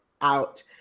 out